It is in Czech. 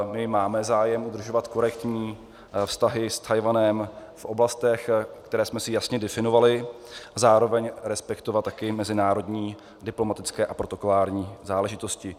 My máme zájem udržovat korektní vztahy s Tchajwanem v oblastech, které jsme si jasně definovali, a zároveň respektovat také mezinárodní diplomatické a protokolární záležitosti.